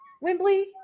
Wembley